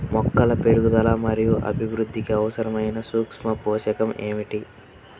మొక్కల పెరుగుదల మరియు అభివృద్ధికి అవసరమైన సూక్ష్మ పోషకం ఏమిటి?